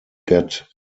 get